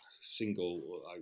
single